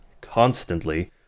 constantly